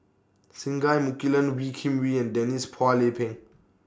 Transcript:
Singai Mukilan Wee Kim Wee and Denise Phua Lay Peng